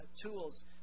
tools